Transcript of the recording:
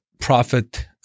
prophet